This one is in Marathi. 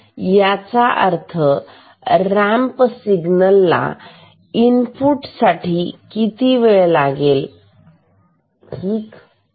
तर ह्याचा अर्थ रॅम्प सिग्नल ला इनपुट साठी किती वेळ लागेल ठीक आहे